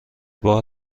بار